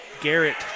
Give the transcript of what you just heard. Garrett